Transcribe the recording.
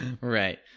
right